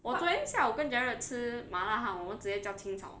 我昨天下午跟 jared 吃麻辣烫我们直接叫清炒